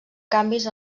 canvis